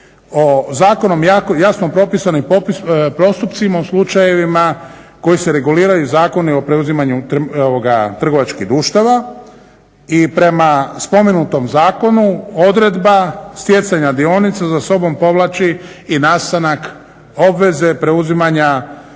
zakonom jasnom propisanim postupcima u slučajevima koji se reguliraju Zakonom o preuzimanju trgovačkih društava i prema spomenutom zakonu odredba stjecanja dionica za sobom povlači i nastanak obveze preuzimanja